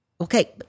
okay